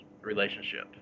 relationship